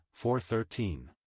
4-13